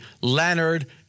Leonard